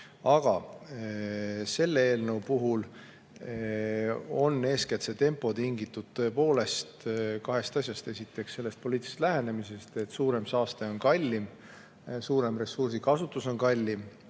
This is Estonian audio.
Aga selle eelnõu puhul on see tempo tingitud eeskätt kahest asjast. Esiteks sellest poliitilisest lähenemisest, et suurem saaste on kallim, suurem ressursikasutus on kallim.